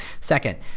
Second